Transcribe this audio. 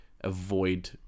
avoid